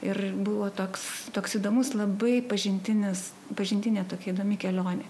ir buvo toks toks įdomus labai pažintinis pažintinė tokia įdomi kelionė